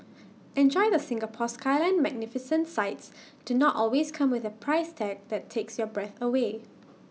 enjoy the Singapore skyline magnificent sights do not always come with A price tag that takes your breath away